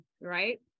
Right